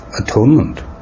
atonement